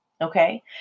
Okay